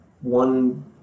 one